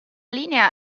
linea